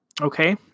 okay